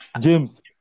James